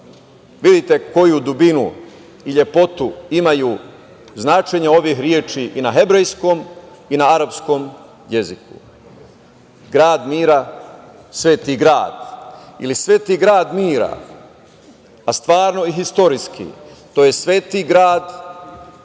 Vidite koju dubinu i lepotu imaju značenja ovih reči i na hebrejskom i na arapskom jeziku. Grad mira ili sveti grad ili sveti grad mira, a stvarno i istorijski, to je sveti grad